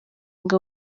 ngo